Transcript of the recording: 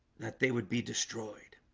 that they would be destroyed